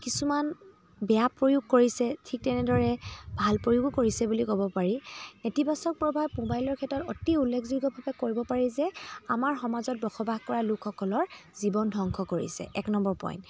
কিছুমান বেয়া প্ৰয়োগ কৰিছে ঠিক তেনেদৰে ভাল প্ৰয়োগো কৰিছে বুলি ক'ব পাৰি নেতিবাচক প্ৰভাৱ মোবাইলৰ ক্ষেত্ৰত অতি উল্লেখযোগ্যভাৱে কৰিব পাৰি যে আমাৰ সমাজত বসবাস কৰা লোকসকলৰ জীৱন ধংশ কৰিছে এক নম্বৰ পইণ্ট